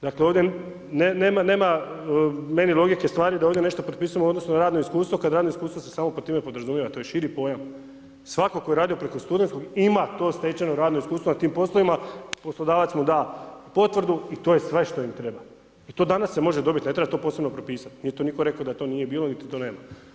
Dakle, ovdje nema meni logike stvari da ovdje je nešto propisano u odnosu na radno iskustvo kad iskustvo se samo pod time podrazumijeva, to je širi pojam, svatko tko je radio preko studentskog, ima to stečeno radno iskustvo nad tim poslovima, poslodavac mu da potvrdu i to je sve što im treba i to danas se može dobiti, ne treba to posebno propisati, nije to nitko rekao da to nije bilo i niti da nema.